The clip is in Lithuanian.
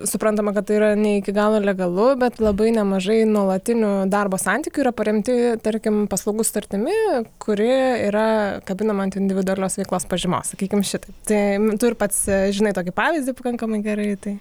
suprantama kad tai yra ne iki galo legalu bet labai nemažai nuolatinių darbo santykių yra paremti tarkim paslaugų sutartimi kuri yra kabinama ant individualios veiklos pažymos sakykim šitaip tai tu ir pats žinai tokį pavyzdį pakankamai gerai tai